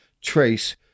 Trace